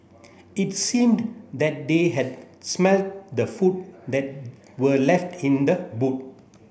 it seemed that they had smelt the food that were left in the boot